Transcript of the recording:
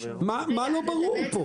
מה לא ברור פה?